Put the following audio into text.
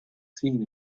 seen